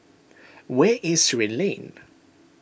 where is Surin Lane